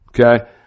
Okay